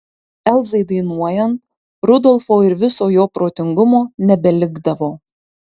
elzai dainuojant rudolfo ir viso jo protingumo nebelikdavo